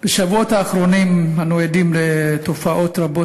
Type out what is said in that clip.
בשבועות האחרונים אנו עדים לתופעות רבות